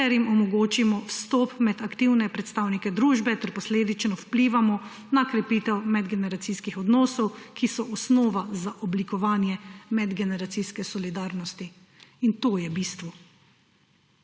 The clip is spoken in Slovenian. ter jim omogočimo vstop med aktivne predstavnike družbe ter posledično vplivamo na krepitev medgeneracijskih odnosov, ki so osnova za oblikovanje medgeneracijske solidarnosti. In to je bistvo!